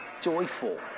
joyful